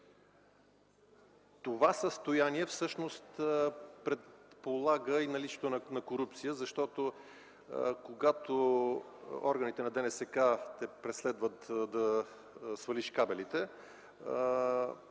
това състояние всъщност предполага и наличието на корупция. Когато контролните органи те преследват да свалиш кабелите,